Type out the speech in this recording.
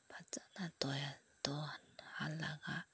ꯐꯖꯅ ꯇꯣꯏꯍꯜꯂꯒ